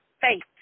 faith